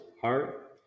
heart